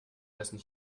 dessen